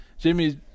Jimmy